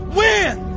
win